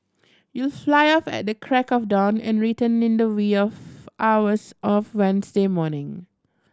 you'll fly off at the crack of dawn and return in the wee of hours of Wednesday morning